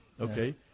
okay